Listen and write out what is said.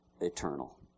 eternal